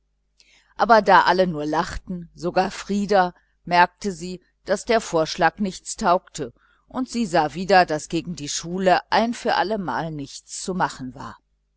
aber da alle nur lachten sogar frieder merkte sie daß der vorschlag nichts taugte und sie sah wieder daß gegen die schule ein für allemal nichts zu machen war